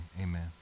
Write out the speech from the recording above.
amen